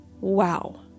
Wow